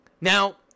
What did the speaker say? Now